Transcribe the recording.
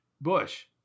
Bush